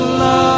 love